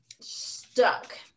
Stuck